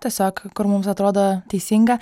tiesiog kur mums atrodo teisinga